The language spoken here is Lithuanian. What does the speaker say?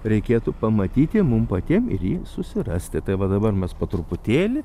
reikėtų pamatyti mum patiem ir jį susirasti tai va dabar mes po truputėlį